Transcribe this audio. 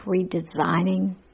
redesigning